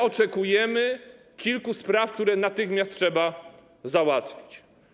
Oczekujemy kilku spraw, które natychmiast trzeba załatwić.